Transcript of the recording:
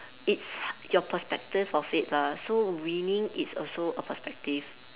it's your perspective of it lah so winning is also a perspective